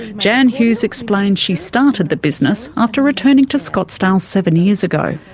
jan hughes explains she started the business after returning to scottsdale seven years ago.